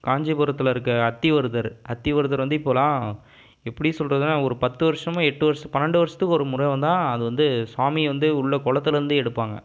காஞ்சிபுரத்தில் இருக்கற அத்திவரதர் அத்திவரதர் வந்து இப்போலாம் எப்படி சொல்கிறதுன்னா ஒரு பத்து வருஷமாக எட்டு வருஷம் பன்னெண்டு வருஷத்துக்கு ஒரு முறை தான் அது வந்து சுவாமியே வந்து உள்ள குளத்துலேருந்தே எடுப்பாங்கள்